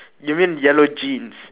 you mean yellow jeans